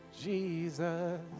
Jesus